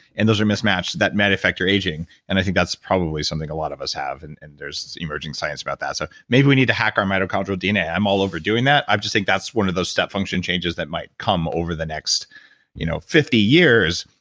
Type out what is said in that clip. and those are mismatched, that might affect your aging and i think that's probably something a lot of us have, and and there's emerging science about that. so maybe we need to hack our mitochondrial dna. i'm all over doing that. i just think that's one of those step function changes that might come over the next you know fifty years,